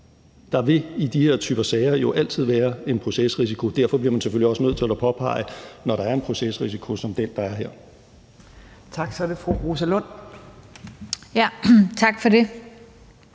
Der vil jo i de her typer sager altid være en procesrisiko. Derfor bliver man selvfølgelig også nødt til at påpege det, når der er en procesrisiko som den, der er her. Kl. 15:14 Fjerde næstformand